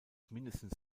mindestens